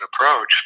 approach